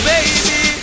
Baby